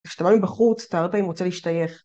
כשאתה בא מבחוץ, תארת אם רוצה להשתייך.